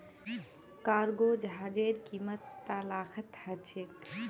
cargo जहाजेर कीमत त लाखत ह छेक